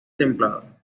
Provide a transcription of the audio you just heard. templado